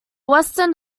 western